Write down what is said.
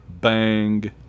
Bang